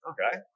Okay